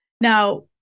Now